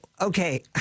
Okay